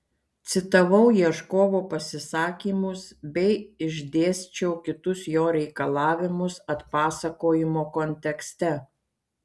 citavau ieškovo pasisakymus bei išdėsčiau kitus jo reikalavimus atpasakojimo kontekste